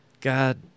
God